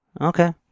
Okay